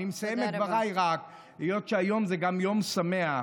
אני מסיים את דבריי רק, היות שהיום זה גם יום שמח,